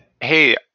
Hey